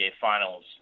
finals